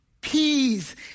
peas